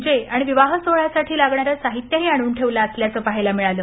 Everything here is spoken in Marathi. जे आणि विवाह सोहळ्यासाठी लागणारं साहित्यही आणून ठेवलं असल्याचं पहायला मिळालं